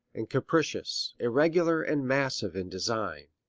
and capricious, irregular and massive in design.